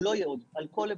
הוא לא יהיה עוד על כל היבטיו.